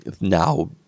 now